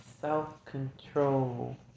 self-control